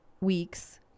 weeks